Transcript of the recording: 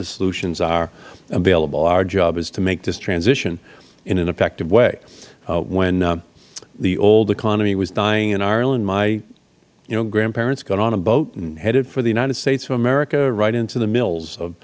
the solutions are available our job is to make this transition in an effective way when the old economy was dying in ireland my young grandparents got on a boat and headed for the united states of america right into the